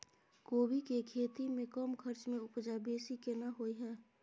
कोबी के खेती में कम खर्च में उपजा बेसी केना होय है?